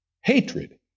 hatred